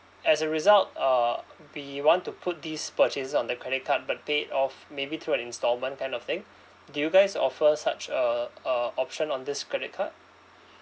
as a result uh we want to put these purchases on the credit card but paid off maybe through an installment kind of thing do you guys offer such a a option on this credit card